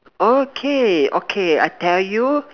okay okay I tell you